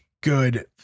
good